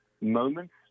moments